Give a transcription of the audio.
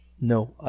No